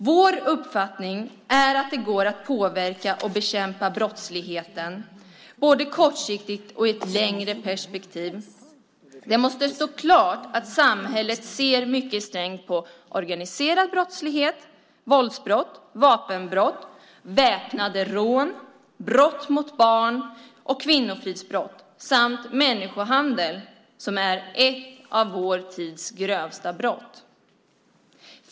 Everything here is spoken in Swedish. Vår uppfattning är att det går att påverka och bekämpa brottsligheten, både kortsiktigt och i ett längre perspektiv. Det måste stå klart att samhället ser mycket strängt på organiserad brottslighet, våldsbrott, vapenbrott, väpnade rån, brott mot barn och kvinnofridsbrott samt människohandel, som är ett av vår tids grövsta brott.